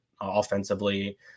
offensively